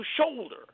shoulder